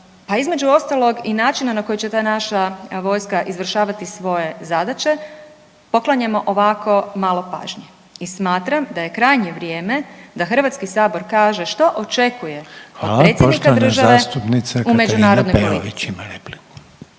pa između ostalog, i načina na koji će ta naša vojska izvršavati svoje zadaće, poklanjamo ovako malo pažnje i smatram da Hrvatski sabor kaže što očekuje od predsjednika države .../Upadica: Hvala. Poštovana zastupnica Katarina…/... u